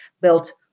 built